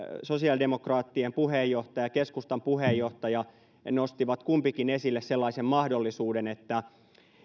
sosiaalidemokraattien puheenjohtaja ja keskustan puheenjohtaja nostivat kumpikin esille sellaisen mahdollisuuden että